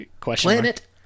Planet